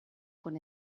con